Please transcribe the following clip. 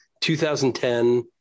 2010